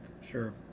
Sure